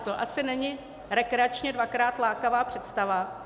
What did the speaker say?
To asi není rekreačně dvakrát lákavá představa.